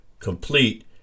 complete